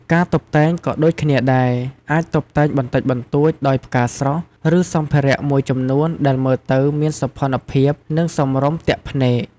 ការតុបតែងក៏ដូចគ្នាដែរ អាចតុបតែងបន្តិចបន្តួចដោយផ្កាស្រស់ ឬសម្ភារៈមួយចំនួនដែលមើលទៅមានសោភ័ណភាព និងសមរម្យទាក់ភ្នែក។